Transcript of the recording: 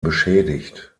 beschädigt